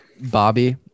Bobby